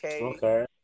Okay